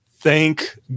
Thank